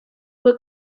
what